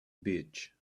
beach